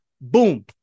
boom